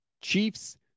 Chiefs